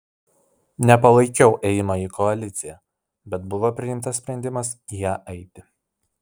nepalaikiau ėjimo į koaliciją bet buvo priimtas sprendimas į ją eiti